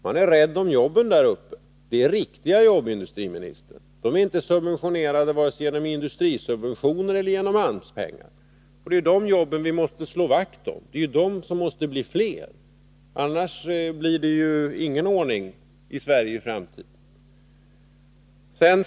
Man är rädd om jobben där uppe. Det är riktiga jobb, industriministern. De är inte subventionerade vare sig genom industrisubventioner eller genom AMS-pengar. Det är de jobben vi måste slå vakt om. De måste bli fler. Annars blir det ju ingen ordning i Sverige i framtiden.